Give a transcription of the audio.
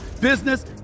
business